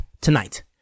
tonight